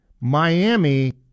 Miami